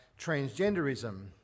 transgenderism